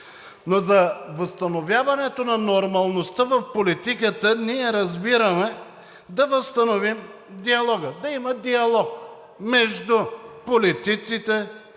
Но за възстановяването на нормалността в политиката ние разбираме да възстановим диалога, да има диалог между политиците,